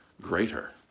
greater